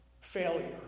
failure